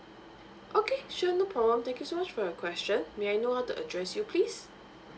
okay sure no problem thank you so much for your question may I know how to address you please